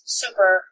super